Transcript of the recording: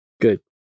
Good